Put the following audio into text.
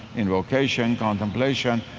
invocation, contemplation,